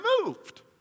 removed